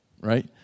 right